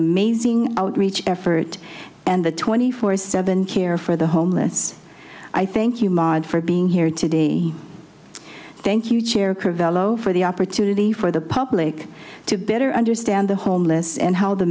amazing outreach effort and the twenty four seven care for the homeless i thank you maad for being here today thank you chair carvel over the opportunity for the public to better understand the homeless and how the